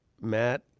Matt